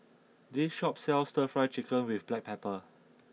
this shop sells Stir Fry Chicken with Black Pepper